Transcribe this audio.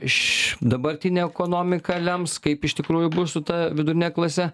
iš dabartinė ekonomika lems kaip iš tikrųjų bus su ta vidurine klase